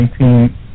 19